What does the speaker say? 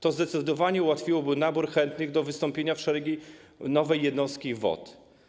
To zdecydowanie ułatwiłoby nabór chętnych do wstąpienia w szeregi nowej jednostki WOT.